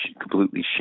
completely